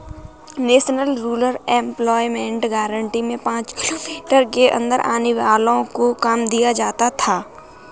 national rural employment guarantee में पांच kilometre के अंदर आने वालो को काम दिया जाता था